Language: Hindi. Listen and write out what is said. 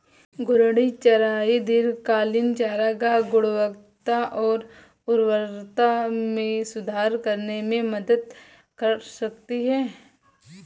घूर्णी चराई दीर्घकालिक चारागाह गुणवत्ता और उर्वरता में सुधार करने में मदद कर सकती है